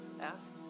Ask